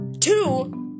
Two